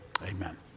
Amen